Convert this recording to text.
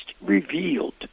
revealed